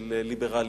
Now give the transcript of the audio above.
של ליברליות,